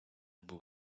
був